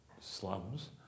slums